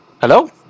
Hello